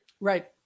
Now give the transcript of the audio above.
Right